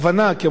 כמו שאומרים,